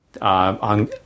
On